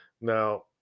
now